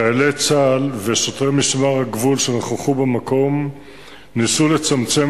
חיילי צה"ל ושוטרי משמר הגבול שנכחו במקום ניסו לצמצם